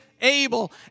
able